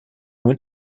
went